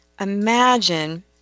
imagine